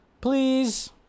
please